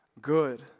good